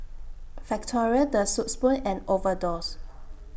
Factorie The Soup Spoon and Overdose